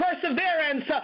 perseverance